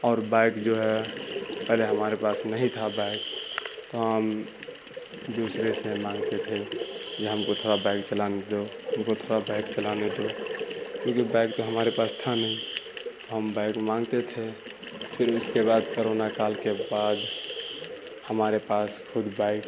اور بائک جو ہے پہلے ہمارے پاس نہیں تھا بائک تو ہم دوسرے سے مانگتے تھے جی ہم کو تھورا بائک چلانے کو دو ہم کو تھورا بائک چلانے دو کیونکہ بائک تو ہمارے پاس تھا نہیں تو ہم بائک مانگتے تھے پھر اس کے بعد کرونا کال کے بعد ہمارے پاس خود بائک